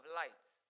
lights